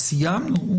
סיימנו.